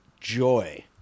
joy